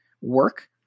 work